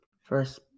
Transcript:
first